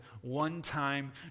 one-time